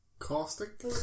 Caustic